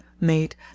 made